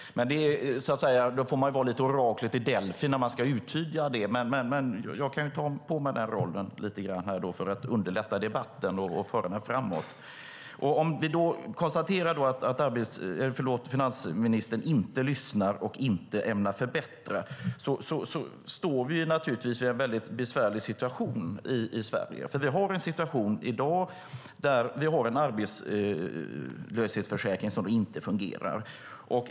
Man får visserligen vara lite oraklet i Delfi för att uttyda det, men jag kan ta på mig den rollen för att underlätta debatten och föra den framåt. Om finansministern inte lyssnar och inte ämnar förbättra är Sverige i en besvärlig situation, för i dag har vi en arbetslöshetsförsäkring som inte fungerar.